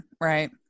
right